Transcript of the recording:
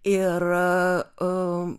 ir o